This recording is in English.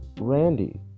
Randy